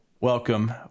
Welcome